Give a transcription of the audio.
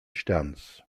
sterns